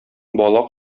бала